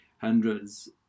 hundreds